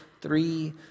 three